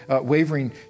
wavering